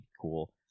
cool